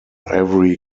every